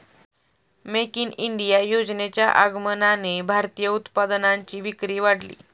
make in India योजनेच्या आगमनाने भारतीय उत्पादनांची विक्री वाढली